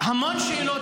המון שאלות,